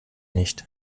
nicht